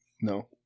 No